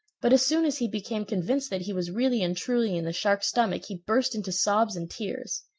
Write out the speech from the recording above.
but as soon as he became convinced that he was really and truly in the shark's stomach, he burst into sobs and tears.